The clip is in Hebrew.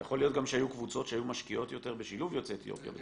יכול להיות שהיו קבוצות שהיו משקיעות יותר בשילוב יוצאי אתיופיה.